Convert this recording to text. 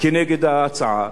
נגד ההצעה.